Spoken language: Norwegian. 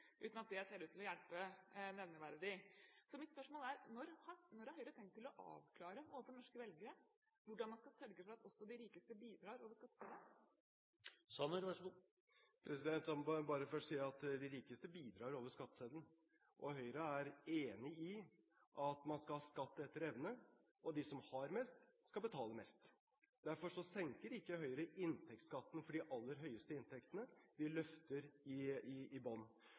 uten at det ser ut til å hjelpe nevneverdig. Så mitt spørsmål er: Når har Høyre tenkt å avklare overfor norske velgere hvordan man skal sørge for at også de rikeste bidrar over skatteseddelen? La meg bare først si at de rikeste bidrar over skatteseddelen. Høyre er enig i at man skal skatte etter evne. De som har mest, skal betale mest. Derfor senker ikke Høyre inntektsskatten for de aller høyeste inntektene, vi løfter i bånn.